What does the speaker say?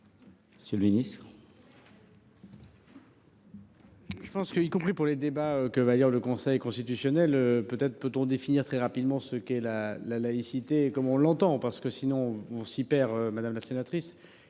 monsieur le ministre,